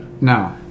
No